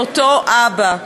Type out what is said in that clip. מאותו אבא,